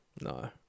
No